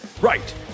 Right